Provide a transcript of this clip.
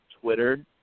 Twitter